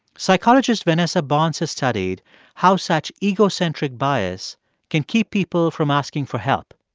psychologist vanessa bohns has studied how such egocentric bias can keep people from asking for help.